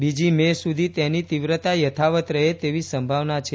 બીજી મે સુધી તેની તીવ્રતા યથાવત રહે તેવી સંભાવના છે